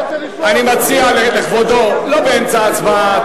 אני מציע לכבודו, לא באמצע הצבעה.